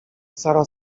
sara